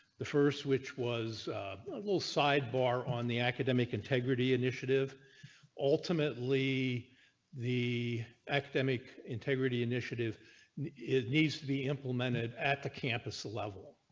the first which was a little sidebar on the academic integrity initiative ultimately the academic integrity initiative it needs to be implemented at the campus level.